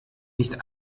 nicht